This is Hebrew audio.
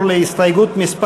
הצבענו, כזכור, על הסתייגות מס'